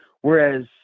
Whereas